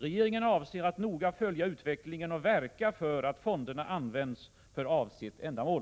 Regeringen avser att noga följa utvecklingen och verka för att fonderna används för avsett ändamål.